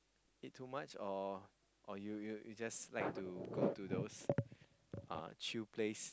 eat too much or or you you you just like to go to those uh chill place